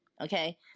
okay